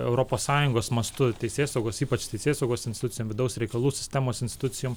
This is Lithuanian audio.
europos sąjungos mastu teisėsaugos ypač teisėsaugos institucijom vidaus reikalų sistemos institucijom